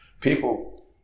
people